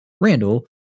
Randall